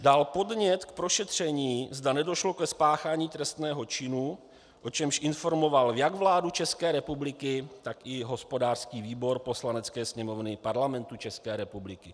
Dal podnět k prošetření, zda nedošlo ke spáchání trestného činu, o čemž informoval jak vládu České republiky, tak i hospodářský výbor Poslanecké sněmovny Parlamentu České republiky.